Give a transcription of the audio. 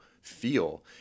feel